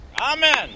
Amen